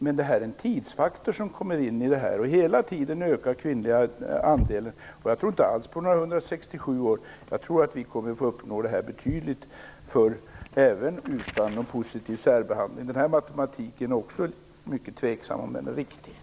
Men här kommer en tidsfaktor in i bilden, och hela tiden ökar andelen kvinnor på olika områden. Jag tror inte alls att det kommer att ta 167 år, utan vi kommer säkerligen att uppnå detta betydligt tidigare, även utan positiv särbehandling av kvinnor. Det är alltså mycket tvivelaktigt om denna matematik är riktig.